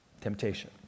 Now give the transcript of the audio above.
temptation